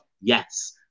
yes